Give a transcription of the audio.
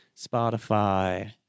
Spotify